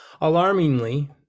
alarmingly